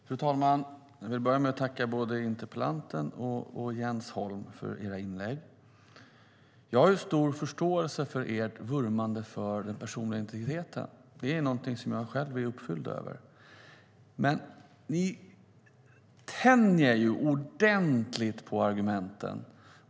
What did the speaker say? Fru talman! Jag vill börja med att tacka både interpellanten och Jens Holm för era inlägg. Jag har stor förståelse för ert vurmande för den personliga integriteten. Det är något som jag själv är uppfylld av. Men ni tänjer ordentligt på argumenten.